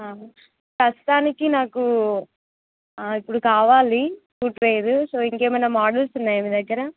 ప్రస్తుతానికి నాకు ఇప్పుడు కావాలి ఫుట్వేర్ సో ఇంకేమైనా మోడల్స్ ఉన్నాయా మీ దగ్గర